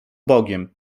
bogiem